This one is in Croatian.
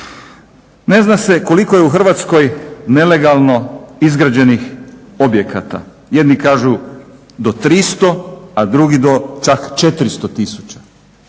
Ne zna se koliko je u Hrvatskoj nelegalno izgrađenih objekata. Jedni kažu do 300, a drugi čak do 400 tisuća.